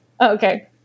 okay